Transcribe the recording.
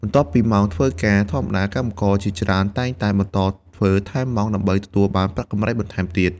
បន្ទាប់ពីម៉ោងធ្វើការធម្មតា កម្មករជាច្រើនតែងតែបន្តធ្វើថែមម៉ោង ដើម្បីទទួលបានប្រាក់កម្រៃបន្ថែមទៀត។